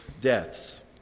deaths